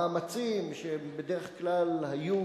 מאמצים שבדרך כלל היו,